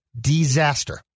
disaster